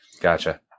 Gotcha